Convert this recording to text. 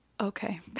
Okay